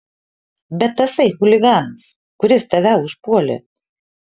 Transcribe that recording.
bet tasai chuliganas kuris tave užpuolė